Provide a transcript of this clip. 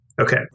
Okay